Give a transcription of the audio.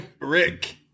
Rick